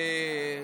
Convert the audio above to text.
השבת,